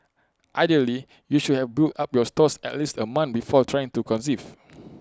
ideally you should have built up your stores at least A month before trying to conceive